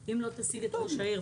אם לא תשיג את ראש העיר,